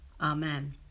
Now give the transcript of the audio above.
Amen